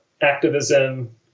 activism